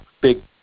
big